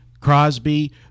Crosby